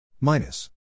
minus